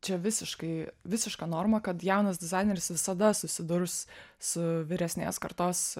čia visiškai visiška norma kad jaunas dizaineris visada susidurs su vyresnės kartos